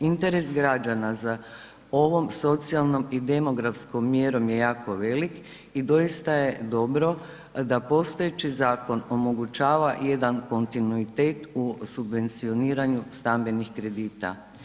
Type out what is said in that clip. Interes građana za ovom socijalnom i demografskom mjerom je jako veliki i doista je dobro da postojeći zakon omogućava jedan kontinuitet u subvencioniranju stambenih kredita.